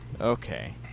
Okay